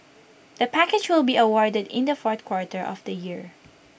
the package will be awarded in the fourth quarter of the year